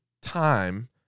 time